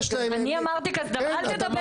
אני אמרתי כזה דבר?